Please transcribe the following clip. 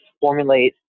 formulate